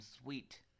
sweet